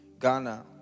Ghana